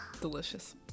Delicious